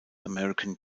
american